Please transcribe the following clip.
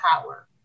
power